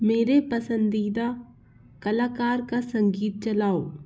मेरे पसंदीदा कलाकार का संगीत चलाओ